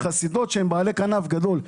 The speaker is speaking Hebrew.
שהן בעלות כנף גדולות,